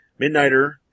Midnighter